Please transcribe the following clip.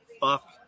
Fuck